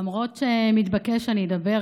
למרות שמתבקש שאני אדבר,